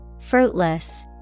Fruitless